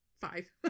five